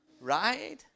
right